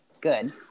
good